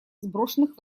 сброшенных